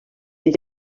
ells